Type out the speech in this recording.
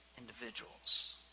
individuals